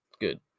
good